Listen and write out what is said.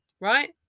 Right